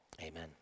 amen